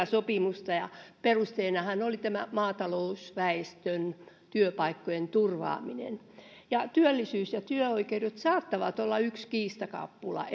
sopimusta ja perusteenahan oli tämä maatalousväestön työpaikkojen turvaaminen työllisyys ja työoikeudet saattavat olla yksi kiistakapula